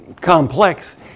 complex